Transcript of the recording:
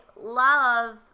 love